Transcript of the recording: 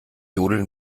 jodeln